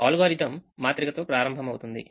algorithm మాత్రిక తో ప్రారంభమవుతుంది